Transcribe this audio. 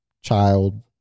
child